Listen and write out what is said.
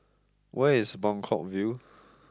where is Buangkok View